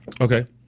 Okay